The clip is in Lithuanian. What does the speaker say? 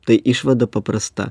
tai išvada paprasta